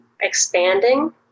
expanding